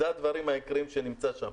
זה הדברים העיקריים שנמצאים שם.